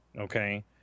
okay